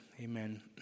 amen